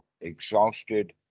exhausted